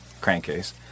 crankcase